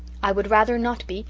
i would rather not be,